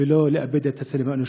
ולא לאבד צלם אנוש.